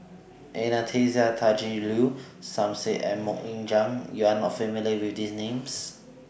Anastasia Tjendri Liew Som Said and Mok Ying Jang YOU Are not familiar with These Names